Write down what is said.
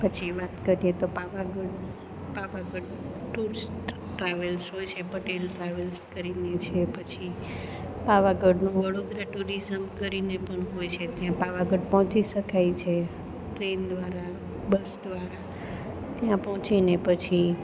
પછી વાત કરીએ તો પાવાગઢ પાવાગઢ ટૂર્સ ટ્રાવેલ્સ હોય છે પટેલ ટ્રાવેલ્સ કરીને છે પછી પાવાગઢનો વડોદરા ટુરિઝમ કરીને પણ હોય છે ત્યાં પાવાગઢ પહોંચી શકાય છે ટ્રેન દ્વારા બસ દ્વારા ત્યાં પહોંચીને પછી